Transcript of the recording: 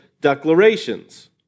declarations